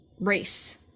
race